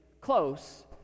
close